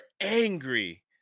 angry